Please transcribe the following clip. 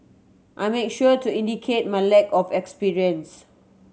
I make sure to indicate my lack of experience